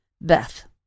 Beth